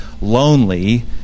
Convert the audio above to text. lonely